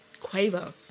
Quavo